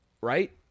Right